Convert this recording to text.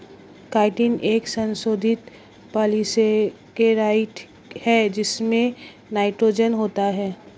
chitin एक संशोधित polysaccharide है जिसमें नाइट्रोजन होता है